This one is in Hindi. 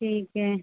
ठीक है